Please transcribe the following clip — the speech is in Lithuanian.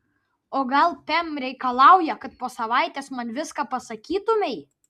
o gal pem reikalauja kad po savaitės man viską pasakytumei